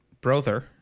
Brother